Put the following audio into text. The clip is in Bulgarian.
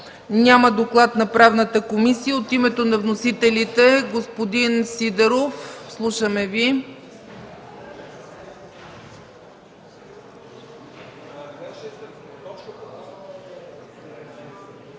Няма доклад на Правната комисия. От името на вносителите – господин Сидеров, слушаме Ви.